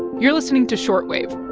you're listening to short wave